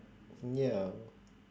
ya